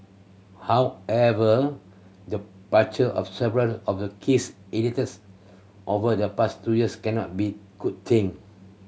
however departure of several of the keys editors over the past two years cannot be good thing